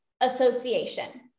association